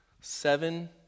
Seven